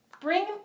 bring